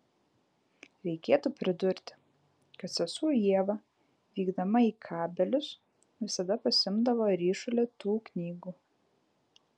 reikėtų pridurti kad sesuo ieva vykdama į kabelius visada pasiimdavo ryšulį tų knygų